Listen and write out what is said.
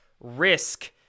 risk